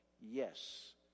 Yes